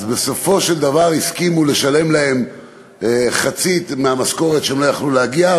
בסופו של דבר הסכימו לשלם להם חצי מהמשכורת כשהם לא יכלו להגיע,